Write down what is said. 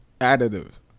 additives